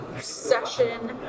session